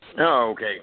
Okay